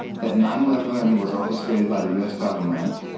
that nine eleven was orchestrated by the u s. government,